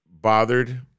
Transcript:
bothered